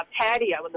patio